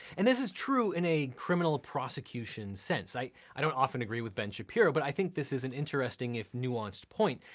and this is true in a criminal prosecution sense. i i don't often agree with ben shapiro, but i think this is an interesting, if nuanced, point.